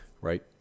right